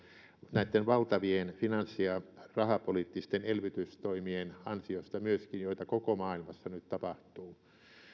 näitten valtavien finanssi ja rahapoliittisten elvytystoimien ansiosta joita koko maailmassa nyt tapahtuu ja